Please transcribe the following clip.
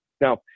Now